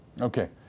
Okay